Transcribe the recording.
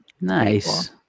Nice